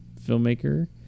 filmmaker